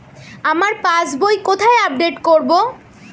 আমার পাস বই কোথায় আপডেট করব?